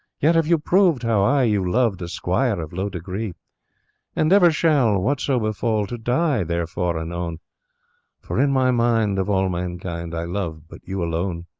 yet have you proved how i you loved a squire of low degree and ever shall, whatso befall to die therefore anone for, in my mind, of all mankind i love but you alone.